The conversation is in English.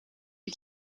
you